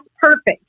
perfect